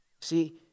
See